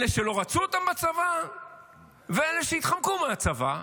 אלה שלא רצו אותם בצבא ואלה שהתחמקו מהצבא,